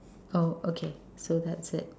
oh okay so that's it